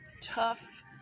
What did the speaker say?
tough